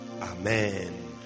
Amen